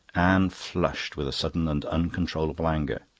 anne flushed with a sudden and uncontrollable anger.